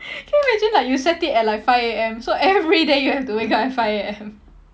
can you imagine like you set it at like five A_M so everyday you have to wake up at five A_M